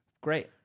great